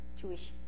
jewish